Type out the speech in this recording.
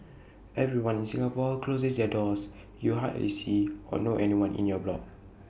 everyone in Singapore closes their doors you hardly see or know anyone in your block